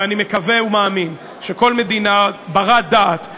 ואני מקווה ומאמין שכל מדינה בת-דעת,